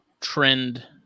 trend